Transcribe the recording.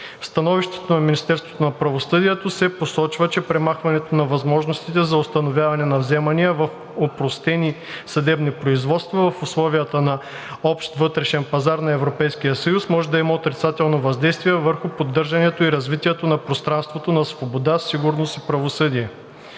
правосъдието се посочва, че премахването на възможностите за установяване на вземания в опростени съдебни производства в условията на общ вътрешен пазар на Европейския съюз може да има отрицателно въздействие върху поддържането и развитието на пространството на свобода, сигурност и правосъдие.